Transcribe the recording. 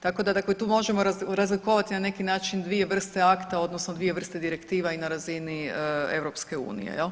Tako da, tu možemo razlikovati na neki način dvije vrste akta, odnosno dvije vrste direktiva i na razini EU.